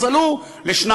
אז עלו לשניים.